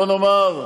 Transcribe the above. בוא נאמר,